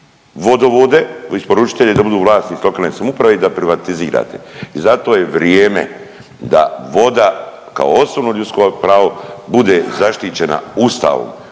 vodovode, isporučitelje da budu vlasnici lokalne samouprave i da privatizirate i zato je vrijeme da voda kao osnovno ljudsko pravo bude zaštićena Ustavom.